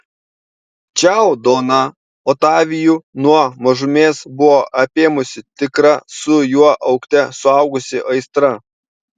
čiau doną otavijų nuo mažumės buvo apėmusi tikra su juo augte suaugusi aistra